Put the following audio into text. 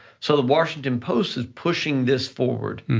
so the washington post's is pushing this forward,